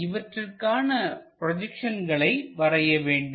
நாம் இவற்றிற்கான ப்ரொஜெக்ஷன்களை வரைய வேண்டும்